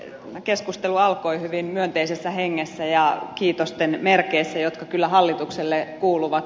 tämä keskustelu alkoi hyvin myönteisessä hengessä ja kiitosten merkeissä jotka kyllä hallitukselle kuuluvat